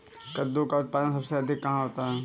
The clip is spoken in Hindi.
कद्दू का उत्पादन सबसे अधिक कहाँ होता है?